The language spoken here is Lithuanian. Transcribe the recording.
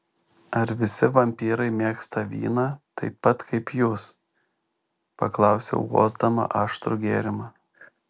ar visi vampyrai mėgsta vyną taip pat kaip jūs paklausiau uosdama aštrų gėrimą